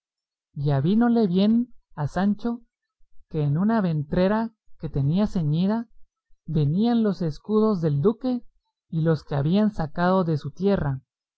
traía y avínole bien a sancho que en una ventrera que tenía ceñida venían los escudos del duque y los que habían sacado de su tierra